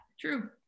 true